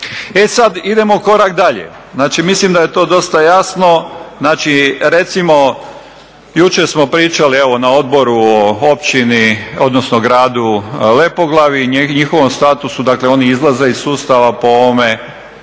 E sad idemo korak dalje, znači mislim da je to dosta jasno, znači recimo jučer smo pričali evo na odboru, općini odnosno gradu Lepoglavu i njihovom statusu, dakle oni izlaze iz sustava po ovome,